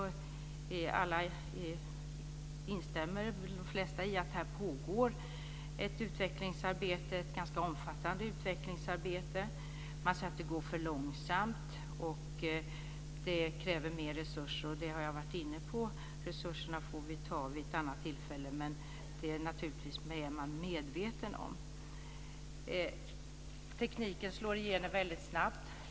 Där instämmer de flesta i att det pågår ett ganska omfattande utvecklingsarbete. Man säger att det går för långsamt och att det kräver mer resurser. Det har jag varit inne på. Resurserna får vi ta vid ett annat tillfälle, men det är man naturligtvis medveten om. Tekniken slår igenom väldigt snabbt.